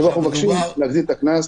אנחנו מבקשים להגדיל את הקנס,